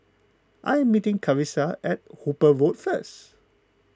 I am meeting Carisa at Hooper Road first